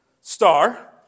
star